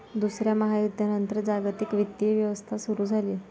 दुसऱ्या महायुद्धानंतर जागतिक वित्तीय व्यवस्था सुरू झाली